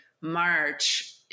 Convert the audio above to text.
March